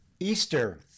Easter